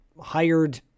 hired